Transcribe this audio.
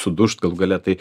sudužt galų gale tai